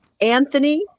anthony